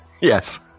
Yes